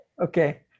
okay